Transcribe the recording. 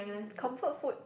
comfort food